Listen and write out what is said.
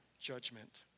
judgment